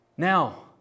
Now